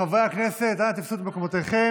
חברי הכנסת, אנא תפסו את מקומותיכם.